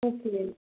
okay